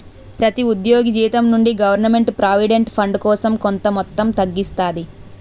ప్రతి ఉద్యోగి జీతం నుండి గవర్నమెంట్ ప్రావిడెంట్ ఫండ్ కోసం కొంత మొత్తం తగ్గిస్తాది